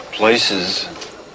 Places